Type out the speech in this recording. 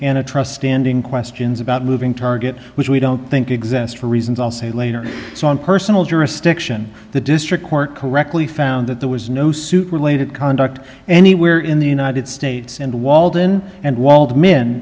anna trust standing questions about a moving target which we don't think exists for reasons i'll say later on personal jurisdiction the district court correctly found that there was no suit related conduct anywhere in the united states and walden and wal